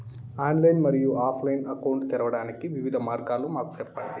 Online మరియు offline account తెరవడానికి వివిధ మార్గాలు మాకు సెప్పండి?